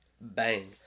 Bang